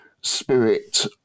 spirit